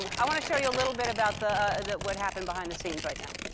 and i want to show you a little bit about the what happened behind the scenes right now.